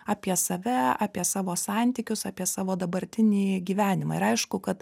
apie save apie savo santykius apie savo dabartinį gyvenimą ir aišku kad